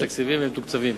יש תקציבים, והם מתוקצבים.